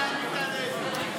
לוועדה שתקבע ועדת הכנסת נתקבלה.